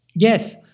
Yes